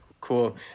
Cool